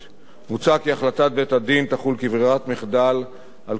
מוצע כי החלטת בית-הדין תחול כברירת מחדל על כל חוזה,